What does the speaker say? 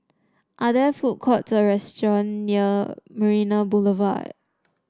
are there food courts or restaurant near Marina Boulevard